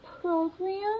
program